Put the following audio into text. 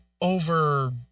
over